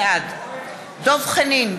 בעד דב חנין,